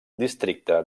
districte